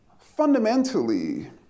fundamentally